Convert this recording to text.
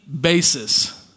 basis